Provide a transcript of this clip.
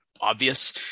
obvious